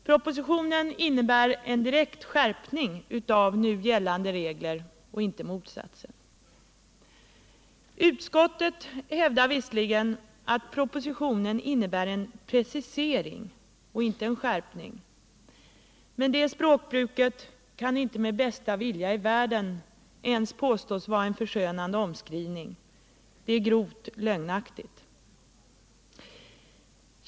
Propositionen innebär en direkt skärpning av nu gällande regler och inte motsatsen. Utskottet hävdar visserligen att propositionen innebär en precisering och inte en skärpning, men detta språkbruk kan inte ens med bästa vilja i världen påstås vara en förskönande omskrivning, utan det är grovt lögnaktigt.